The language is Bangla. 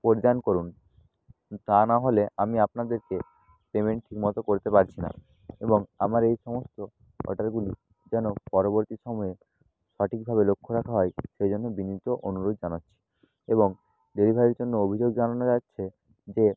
প্রদান করুন তা নাহলে আমি আপনাদেরকে পেমেন্ট ঠিক মতো করতে পারছি না এবং আমার এই সমস্ত অর্ডারগুলি যেন পরবর্তী সময়ে সঠিকভাবে লক্ষ্য রাখা হয় সেই জন্য বিনীত অনুরোধ জানাচ্ছি এবং ডেলিভারির জন্য অভিযোগ জানানো যাচ্ছে যে